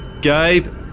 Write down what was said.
Gabe